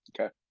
Okay